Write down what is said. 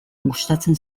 gustatzen